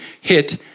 hit